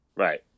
Right